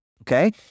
Okay